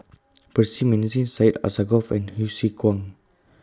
Percy Mcneice Syed Alsagoff and Hsu Tse Kwang